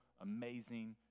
amazing